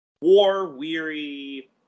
war-weary